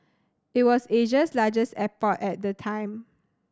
it was Asia's largest airport at the time